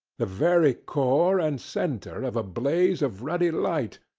the very core and centre of a blaze of ruddy light,